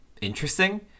interesting